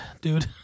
dude